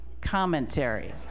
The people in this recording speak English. commentary